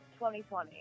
2020